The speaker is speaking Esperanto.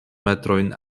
metrojn